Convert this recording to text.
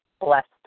blessed